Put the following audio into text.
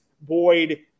Boyd